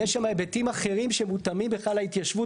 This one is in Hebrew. יש שם היבטים אחרים שמותאמים בכלל להתיישבות